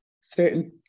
certain